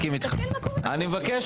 אני מבקש